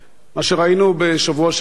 מה שראינו בשבוע שעבר